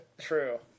True